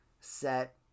set